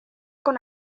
con